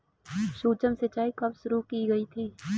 सूक्ष्म सिंचाई कब शुरू की गई थी?